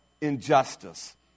injustice